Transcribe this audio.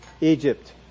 Egypt